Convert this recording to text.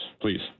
please